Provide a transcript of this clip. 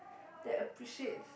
that appreciates